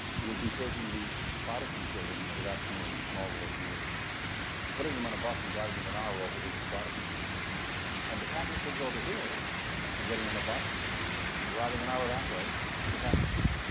would be taking the protestant children out of that community small rural communities and putting them on a bus and driving them an hour over here to the protestant school and the catholic kids over here were getting on a bus and driving an hour that way to the catholic school.